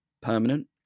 permanent